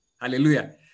Hallelujah